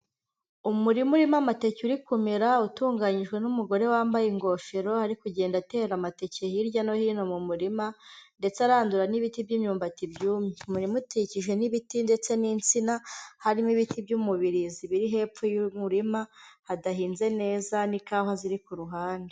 Umurima urimo amateke uri kumera utunganyijwe n'umugore wambaye ingofero, ari kugenda atera amateke hirya no hino mu murima ndetse arandura n'ibiti by'imyumbati byumye. Umurima ukikijwe n'ibiti ndetse n'insina, harimo ibiti by'umubirizi biri hepfo y'umurima hadahinze neza n'ikawa ziri ku ruhande.